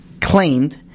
claimed